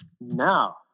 No